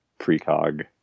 precog